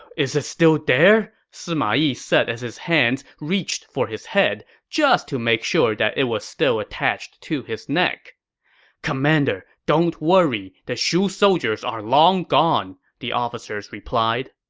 is it still there? sima yi said as his hands reached for his head, just to make sure that it was still attached to his neck commander, don't worry. the shu soldiers are long gone, the officers replied.